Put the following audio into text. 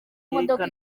imodoka